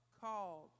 called